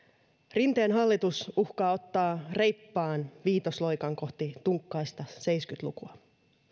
rinteen hallitus uhkaa ottaa reippaan viitosloikan kohti tunkkaista seitsemänkymmentä lukua